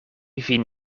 vin